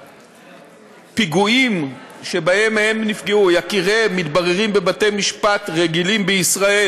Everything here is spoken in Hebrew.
שהפיגועים שבהם נפגעו יקיריהן מתבררים בבתי-משפט רגילים בישראל,